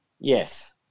Yes